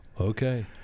Okay